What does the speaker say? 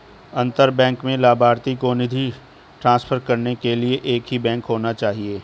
अंतर बैंक में लभार्थी को निधि ट्रांसफर करने के लिए एक ही बैंक होना चाहिए